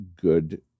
good